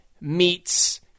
meets